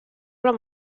alla